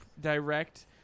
direct